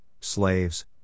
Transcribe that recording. slaves